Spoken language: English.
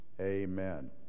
Amen